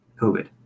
COVID